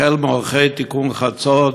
החל מעורכי תיקון חצות